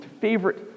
favorite